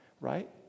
right